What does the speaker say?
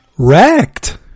wrecked